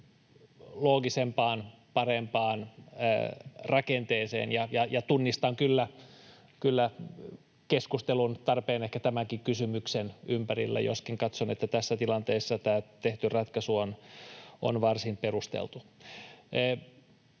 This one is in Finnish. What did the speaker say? loogisempaan, parempaan rakenteeseen. Tunnistan kyllä keskustelun tarpeen ehkä tämänkin kysymyksen ympärillä, joskin katson, että tässä tilanteessa tämä tehty ratkaisu on varsin perusteltu.